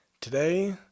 Today